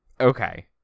Okay